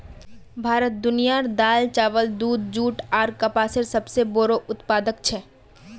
भारत दुनियार दाल, चावल, दूध, जुट आर कपसेर सबसे बोड़ो उत्पादक छे